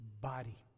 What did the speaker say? body